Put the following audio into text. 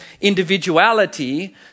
individuality